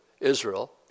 Israel